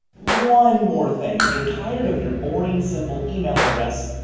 one more thing. if you're tired of your boring, simple email address,